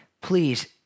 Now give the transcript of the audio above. please